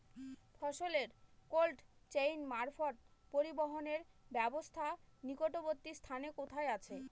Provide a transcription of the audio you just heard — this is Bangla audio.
ফসলের কোল্ড চেইন মারফত পরিবহনের ব্যাবস্থা নিকটবর্তী স্থানে কোথায় আছে?